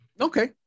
okay